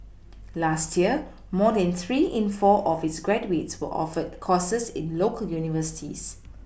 last year more than three in four of its graduates were offered courses in local universities